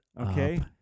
Okay